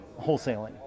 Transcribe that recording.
wholesaling